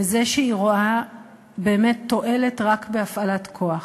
שהיא רואה תועלת רק בהפעלת כוח.